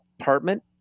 apartment